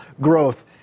growth